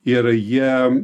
ir jie